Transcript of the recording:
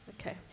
Okay